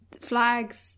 flags